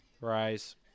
Rise